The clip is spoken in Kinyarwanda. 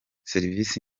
serivisi